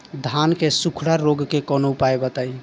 धान के सुखड़ा रोग के कौनोउपाय बताई?